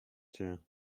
cię